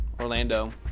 Orlando